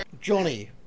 Johnny